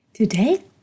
Today